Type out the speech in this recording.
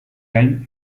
gain